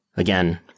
Again